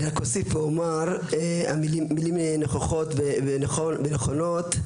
אני רק אוסיף ואומר, מילים נכוחות ונכונות.